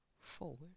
forward